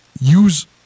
use